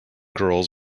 girls